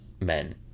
men